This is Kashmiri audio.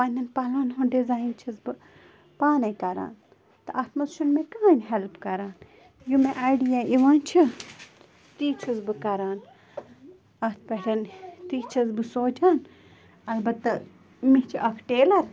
پَنٛنٮ۪ن پَلٕوَن ہُنٛد ڈِزایَن چھس بہٕ پانَے کران تہٕ اَتھ منٛز چھُنہٕ مےٚ کٕہٕنۍ ہٮ۪لپ کران یِم مےٚ آیڑیا یِوان چھِ تی چھس بہٕ کران اَتھ پٮ۪ٹھ تی چھس بہٕ سونچان البتہ مےٚ چھٕ اَکھ ٹیلَر